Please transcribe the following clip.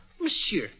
Monsieur